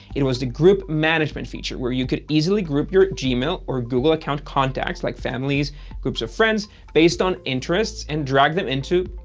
it was the group management feature, where you could easily group your gmail or google account contacts, like family or groups of friends based on shared interests and drag them into,